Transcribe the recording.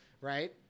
right